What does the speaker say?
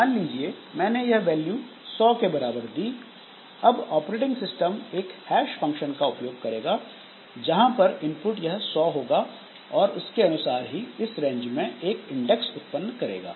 मान लेते हैं कि मैंने यह की वैल्यू 100 के बराबर दी अब ऑपरेटिंग सिस्टम एक फंक्शन का उपयोग करेगा जहां पर इनपुट यह 100 होगा और इसके अनुसार ही यह इस रेंज में एक इंडेक्स उत्पन्न करेगा